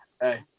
Hey